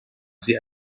sie